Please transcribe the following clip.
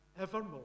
evermore